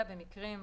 אלא במקרים,